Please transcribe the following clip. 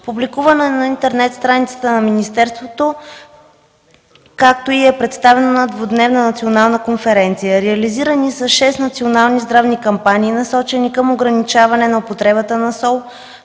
Публикувано е на интернет страницата на Министерството, както и е представено на двудневна национална конференция. Реализирани са шест национални здравни кампании, насочени към ограничаване на употребата на сол,